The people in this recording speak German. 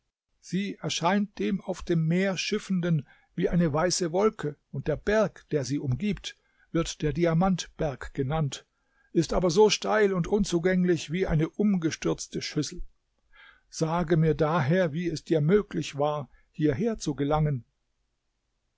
sie erscheint dem auf dem meer schiffenden wie eine weiße wolke und der berg der sie umgibt wird der diamantberg genannt ist aber so steil und unzugänglich wie eine umgestürzte schüssel sage mir daher wie es dir möglich war hierher zu gelangen